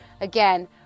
again